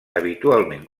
habitualment